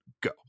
go